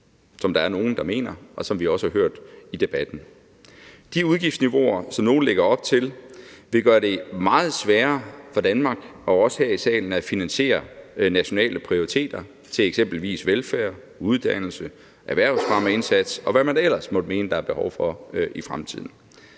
som der er nogle der mener, og som vi også har hørt i debatten. Kl. 13:06 De udgiftsniveauer, som nogle lægger op til, vil gøre det meget sværere for Danmark, og også her i salen, at finansiere nationale prioriteter til eksempelvis velfærd, uddannelse, erhvervsfremmeindsats, og hvad man ellers måtte mene der er behov for i fremtiden.